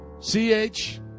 C-H-